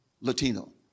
Latino